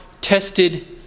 tested